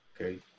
Okay